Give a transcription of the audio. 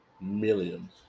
millions